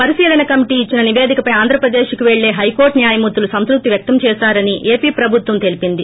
పరిశీలన కమిటీ ఇచ్చిన నివేదికపై ఆంధ్ర ప్రదేశ్ కి పెళ్లే హైకోర్టు న్యాయమూర్తులు సంతృప్తి వ్యక్తం చేశారని ఏపీ ప్రబుత్యం తెలిపింది